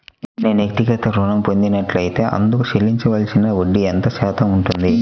నేను వ్యక్తిగత ఋణం పొందినట్లైతే అందుకు చెల్లించవలసిన వడ్డీ ఎంత శాతం ఉంటుంది?